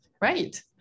Right